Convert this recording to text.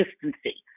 consistency